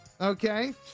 Okay